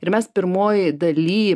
ir mes pirmoj daly